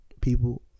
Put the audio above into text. people